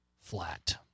flat